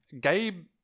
Gabe